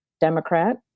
democrat